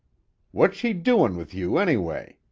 what's she doin' with you, anyway?